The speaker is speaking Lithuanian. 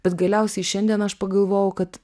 bet galiausiai šiandien aš pagalvojau kad